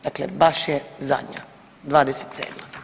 Dakle, baš je zadnja 27.